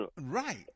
Right